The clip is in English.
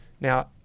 Now